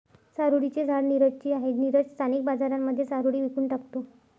चारोळी चे झाड नीरज ची आहे, नीरज स्थानिक बाजारांमध्ये चारोळी विकून टाकतो